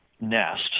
nest